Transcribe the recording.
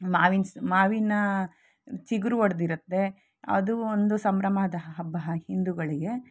ಮಾವಿನ ಸ್ ಮಾವಿನ ಚಿಗುರು ಒಡೆದಿರತ್ತೆ ಅದು ಒಂದು ಸಂಭ್ರಮದ ಹಬ್ಬ ಹಿಂದೂಗಳಿಗೆ